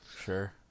Sure